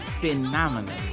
Phenomenal